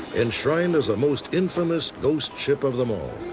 enshrined as the most infamous ghost ship of them all.